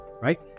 right